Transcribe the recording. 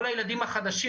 כל הילדים החדשים,